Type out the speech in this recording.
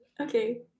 okay